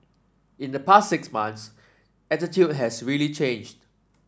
in the past six months attitude has really changed